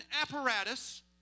apparatus